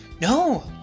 No